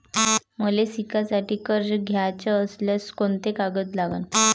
मले शिकासाठी कर्ज घ्याचं असल्यास कोंते कागद लागन?